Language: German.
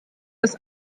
dass